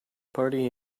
party